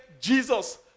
Jesus